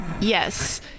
yes